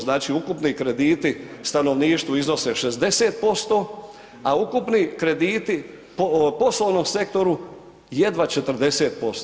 Znači ukupni krediti stanovništvu iznose 60%, a ukupni krediti poslovnom sektoru jedva 40%